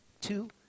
two